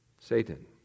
Satan